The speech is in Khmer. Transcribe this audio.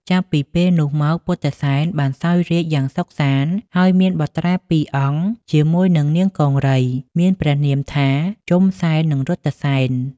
ចាប់ពីពេលនោះមកពុទ្ធិសែនបានសោយរាជ្យយ៉ាងសុខសាន្ត ហើយមានបុត្រាពីរអង្គជាមួយនឹងនាងកង្រីមានព្រះនាមថា ជុំសែន និង រថសែន។